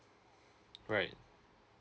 right